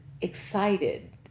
excited